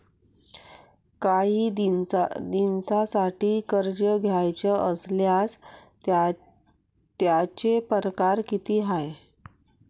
कायी दिसांसाठी कर्ज घ्याचं असल्यास त्यायचे परकार किती हाय?